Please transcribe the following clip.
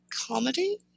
comedy